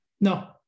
No